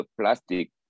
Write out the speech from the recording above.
plastic